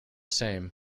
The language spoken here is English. same